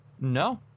no